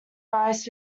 rice